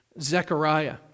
Zechariah